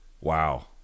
wow